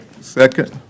Second